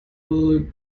will